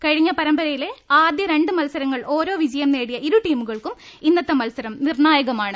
കഴിഞ്ഞ പരമ്പരയിലെ ആദ്യ രണ്ട് മത്സരങ്ങളിൽ ഓരോ വിജയം നേടിയ ഇരു ടീമുകൾക്കും ഇന്നത്തെ മത്സരം നിർണായകമാണ്